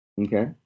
Okay